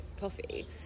coffee